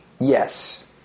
Yes